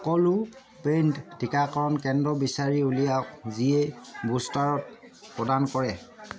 সকলো পেইড টীকাকৰণ কেন্দ্ৰ বিচাৰি উলিয়াওক যিয়ে বুষ্টাৰ প্ৰদান কৰে